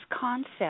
concept